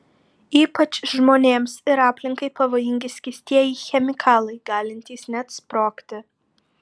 ypač žmonėms ir aplinkai pavojingi skystieji chemikalai galintys net sprogti